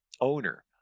owner